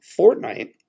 Fortnite